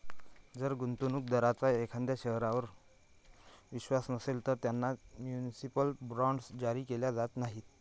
जर गुंतवणूक दारांचा एखाद्या शहरावर विश्वास नसेल, तर त्यांना म्युनिसिपल बॉण्ड्स जारी केले जात नाहीत